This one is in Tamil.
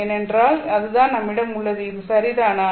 ஏனென்றால் அதுதான் நம்மிடம் உள்ளது அது சரிதானா